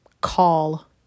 call